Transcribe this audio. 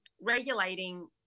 Regulating